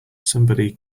somebody